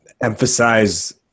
emphasize